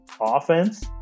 offense